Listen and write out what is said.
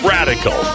Radical